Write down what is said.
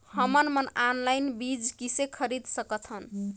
हमन मन ऑनलाइन बीज किसे खरीद सकथन?